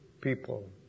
people